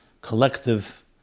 collective